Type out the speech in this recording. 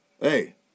hey